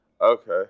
Okay